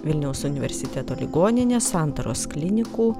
vilniaus universiteto ligoninės santaros klinikų